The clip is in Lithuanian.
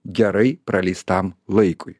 gerai praleistam laikui